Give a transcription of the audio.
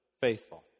faithful